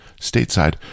stateside